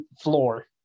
floor